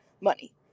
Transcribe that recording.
money